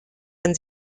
man